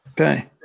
Okay